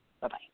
Bye-bye